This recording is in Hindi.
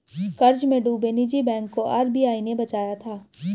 कर्ज में डूबे निजी बैंक को आर.बी.आई ने बचाया था